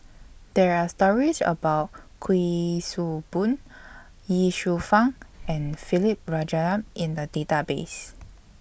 There Are stories about Kuik Swee Boon Ye Shufang and Philip Jeyaretnam in The Database